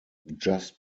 just